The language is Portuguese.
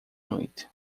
noite